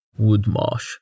Woodmarsh